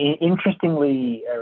interestingly